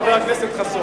חבר הכנסת חסון,